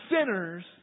sinners